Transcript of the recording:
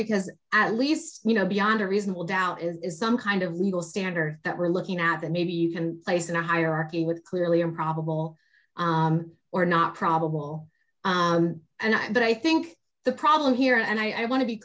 because at least you know beyond a reasonable doubt is is some kind of legal standard that we're looking at the nabi you can place in a hierarchy with clearly improbable or not probable and i think the problem here and i want to be